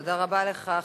תודה רבה לך,